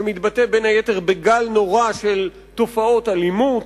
שמתבטא בין היתר בגל נורא של תופעות אלימות.